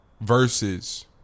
Versus